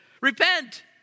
Repent